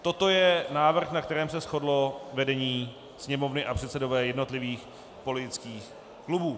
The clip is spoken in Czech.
Toto je návrh, na kterém se shodlo vedení Sněmovny a předsedové jednotlivých politických klubů.